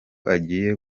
agiye